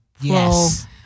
yes